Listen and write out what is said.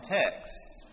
texts